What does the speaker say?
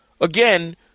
Again